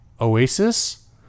Oasis